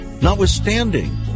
notwithstanding